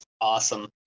Awesome